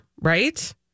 Right